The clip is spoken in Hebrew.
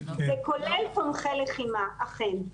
זה כולל תומכי לחימה, אכן.